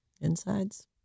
insides